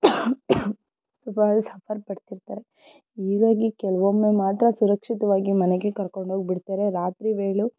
ತುಂಬಾನೇ ಸಫರ್ ಪಡ್ತಿರ್ತಾರೆ ಹೀಗಾಗಿ ಕೆಲವೊಮ್ಮೆ ಮಾತ್ರ ಸುರಕ್ಷಿತವಾಗಿ ಮನೆಗೆ ಕರ್ಕೊಂಡೋಗಿ ಬಿಡ್ತಾರೆ ರಾತ್ರಿ ವೇಳೆ